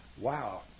Wow